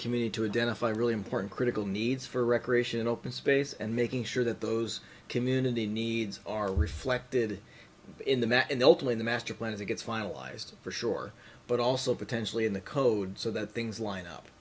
community to identify really important critical needs for recreation open space and making sure that those community needs are reflected in the math and ultimately the master plan as it gets finalized for sure but also potentially in the code so that things line up